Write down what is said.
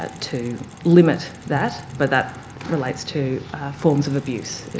ah to limit that, but that relates to forms of abuse in